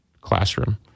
classroom